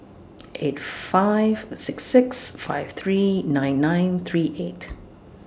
eight five six six five three nine nine three eight